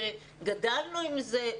שגדלנו עם זה,